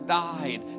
died